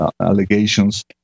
allegations